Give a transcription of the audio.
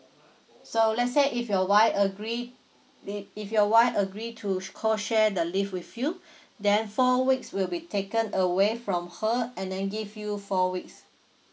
so let's say if your wife agree if if your wife agree to co share the leave with you then four weeks will be taken away from her and then give you four weeks